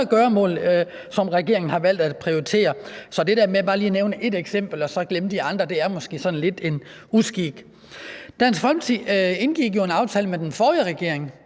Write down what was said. gøremål, som regeringen har valgt at prioritere. Så det der med bare lige at nævne ét eksempel og så glemme de andre er måske sådan lidt en uskik. Dansk Folkeparti indgik jo en aftale med den forrige regering